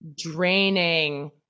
draining